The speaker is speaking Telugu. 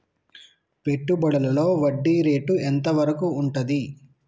పెట్టుబడులలో వడ్డీ రేటు ఎంత వరకు ఉంటది?